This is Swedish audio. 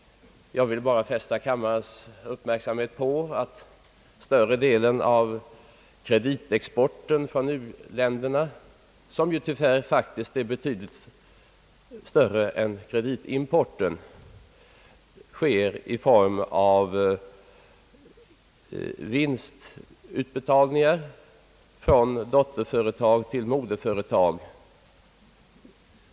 Jag vill bara fästa kammarens uppmärksamhet på att större delen av kreditexporten från u-länderna, vilken export ju tyvärr faktiskt är betydligt större än kreditimporten, sker i form av vinstutbetalningar från dotterföretag till moderföretag.